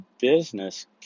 business